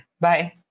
bye